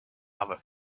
other